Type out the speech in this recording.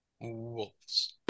Wolves